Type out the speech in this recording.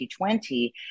2020